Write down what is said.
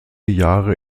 jahre